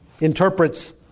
interprets